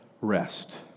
rest